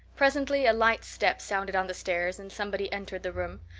presently a light step sounded on the stairs and somebody entered the room.